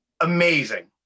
amazing